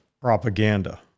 propaganda